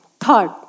Third